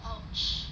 orh